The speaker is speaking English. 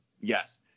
yes